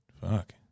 Fuck